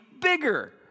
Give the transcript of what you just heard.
bigger